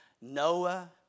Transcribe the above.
Noah